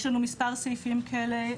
יש לנו מספר סעיפים כאלה,